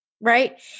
right